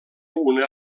una